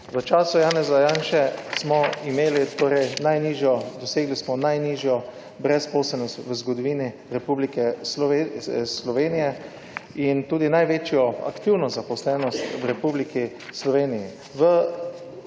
V času Janeza Janše smo imeli torej najnižjo, dosegli smo najnižjo brezposelnost v zgodovini Republike Slovenije in tudi največjo aktivno zaposlenost v Republiki Sloveniji.